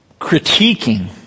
critiquing